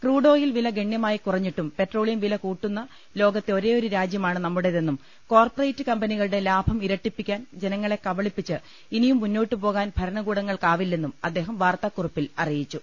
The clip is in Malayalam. ക്രൂഡോയിൽ വില ഗണ്യമായി കുറഞ്ഞിട്ടും പെട്രോളിയം വില കൂട്ടുന്ന ലോകത്തെ ഒരേയൊരു രാജ്യമാണ് നമ്മുടേതെന്നും കോർപ്പറേറ്റ് കമ്പനികളുടെ ലാഭം ഇരട്ടിപ്പിക്കാൻ ജനങ്ങളെ കബളിപ്പിച്ച് ഇനിയും മുന്നോട്ടു പോകാൻ ഭരണകൂടങ്ങൾക്കാവില്ലെന്നും അദ്ദേഹം വാർത്താ ക്കുറിപ്പിൽ അറിയിച്ചു